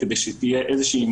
יהיה בנושא הזה דיון המשך.